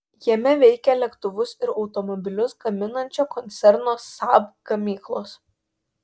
jame veikia lėktuvus ir automobilius gaminančio koncerno saab gamyklos